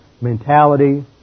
mentality